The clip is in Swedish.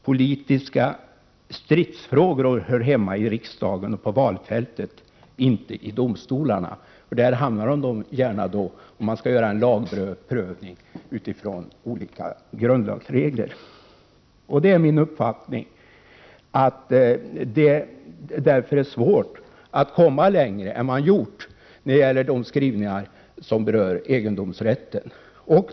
Politiska stridsfrågor hör hemma i riksdagen och på valfältet, inte i domstolarna.” Där hamnar de ju gärna, om man skall göra en lagprövning utifrån olika grundlagsregler. Min uppfattning är därför att det är svårt att komma längre än man har gjort när det gäller de skrivningar som rör egendomsrätten.